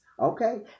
okay